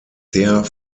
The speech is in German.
der